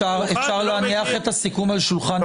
אפשר להניח את הסיכום על שולחן הוועדה?